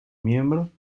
miembro